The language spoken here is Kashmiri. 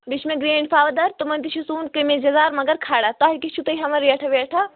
بیٚیہِ چھُ مےٚ گرٛین فادَر تِمَن تہِ چھُ سُوُن کمیٖزیزار مگر کھڑا تۄہہِ تہِ چھُو تُہۍ ہٮ۪وَان ریٹھا ویٹھا